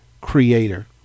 creator